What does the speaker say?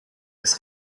des